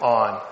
on